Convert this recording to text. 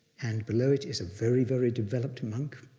and below it is a very, very developed monk